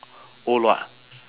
orh lua